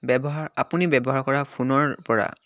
ব্যৱহাৰ আপুনি ব্যৱহাৰ কৰা ফোনৰ পৰা